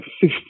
fifth